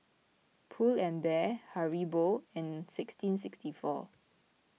Pull and Bear Haribo and sixteen sixty four